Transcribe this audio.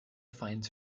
finds